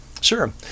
Sure